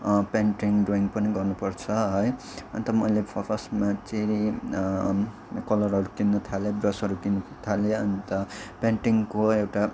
painting drawing पनि गर्नु पर्छ है अन्त मैले फ फर्स्टमा चाहिँ कलरहरू किन्नु थालेँ ब्रसहरू किन्नु थालेँ अन्त पेन्टङको एउटा